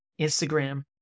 Instagram